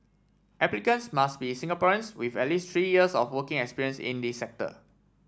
applicants must be Singaporeans with at least three years of working experience in the sector